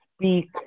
speak